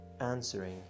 answering